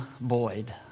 Boyd